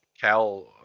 Cal